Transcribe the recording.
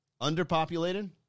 Underpopulated